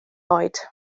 oed